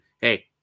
hey